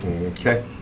Okay